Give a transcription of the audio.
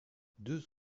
deux